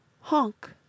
Honk